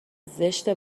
زشته